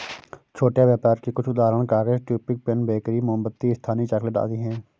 छोटा व्यापर के कुछ उदाहरण कागज, टूथपिक, पेन, बेकरी, मोमबत्ती, स्थानीय चॉकलेट आदि हैं